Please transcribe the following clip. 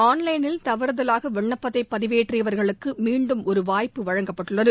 ஆன்லைனில் தவறுதலாக விண்ணப்பத்தை பதிவேற்றியவர்களுக்கு மீண்டும் ஒரு வாய்ப்பு வழங்கப்பட்டுள்ளது